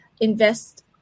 invest